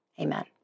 Amen